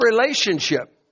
relationship